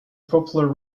popular